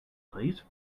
please